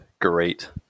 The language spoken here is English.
great